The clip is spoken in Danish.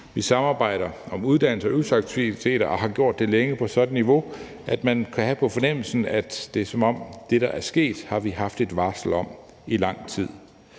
Vi samarbejder om uddannelses- og øvelsesaktiviteter og har gjort det længe på et sådant niveau, at man kan have på fornemmelsen, at det, der er sket, har vi haft et varsel om i lang tid.